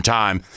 time